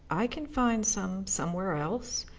i can find some somewhere else.